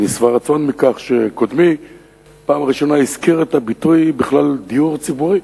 אני שבע רצון מכך שקודמי פעם ראשונה הזכיר בכלל את הביטוי דיור ציבורי.